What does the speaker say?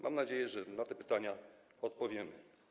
Mam nadzieję, że na te pytania odpowie.